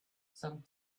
some